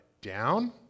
down